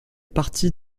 partie